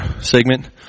segment